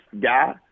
guy